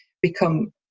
become